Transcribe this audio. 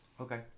Okay